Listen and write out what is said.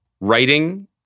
writing